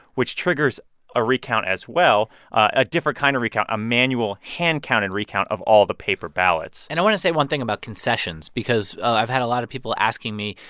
which triggers a recount as well a different kind of recount, a manual, hand-counted recount of all the paper ballots and i want to say one thing about concessions because i've had a lot of people asking me,